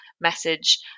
message